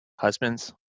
Husbands